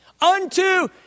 Unto